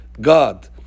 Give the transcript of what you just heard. God